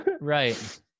Right